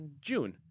June